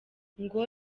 ngo